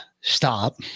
stop